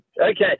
Okay